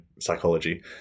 psychology